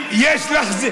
למה אתה,